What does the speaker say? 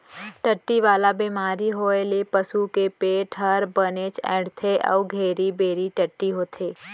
टट्टी वाला बेमारी होए ले पसू के पेट हर बनेच अइंठथे अउ घेरी बेरी टट्टी होथे